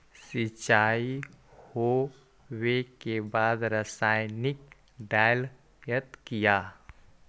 सीचाई हो बे के बाद रसायनिक डालयत किया?